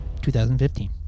2015